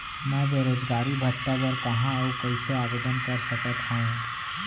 मैं बेरोजगारी भत्ता बर कहाँ अऊ कइसे आवेदन कर सकत हओं?